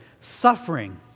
Suffering